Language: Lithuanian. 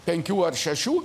penkių ar šešių